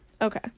Okay